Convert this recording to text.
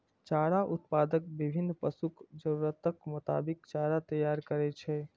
चारा उत्पादक विभिन्न पशुक जरूरतक मोताबिक चारा तैयार करै छै